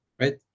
right